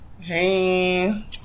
Hey